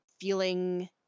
feeling